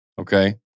okay